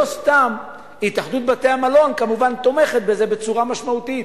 לא סתם התאחדות בתי-המלון כמובן תומכת בזה בצורה משמעותית,